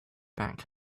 back